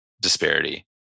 disparity